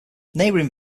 neighbouring